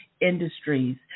industries